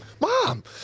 mom